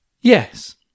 Yes